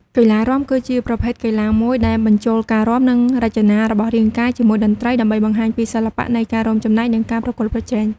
កីឡារាំ គឺជាប្រភេទកីឡាមួយដែលបញ្ចូលការរាំ និងចលនារបស់រាងកាយជាមួយតន្ត្រី ដើម្បីបង្ហាញពីសិល្បៈនៃការរួមចំណែក និងការប្រកួតប្រជែង។